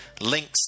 links